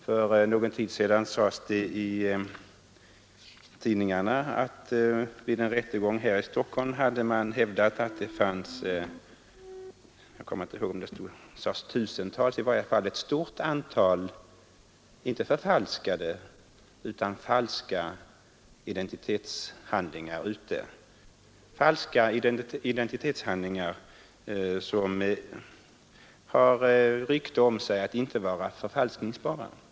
För någon tid sedan sades det i tidningarna, att man vid en rättegång här i Stockholm hade hävdat att det fanns — jag kommer inte ihåg om det sades tusentals — i varje fall ett stort antal inte förfalskade utan falska identitetshandlingar i omlopp — falska identitetshandlingar som har rykte om sig att inte vara förfalskningsbara.